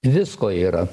visko yra